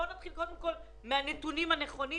בוא נתחיל קודם כל מהנתונים הנכונים